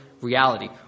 reality